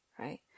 Right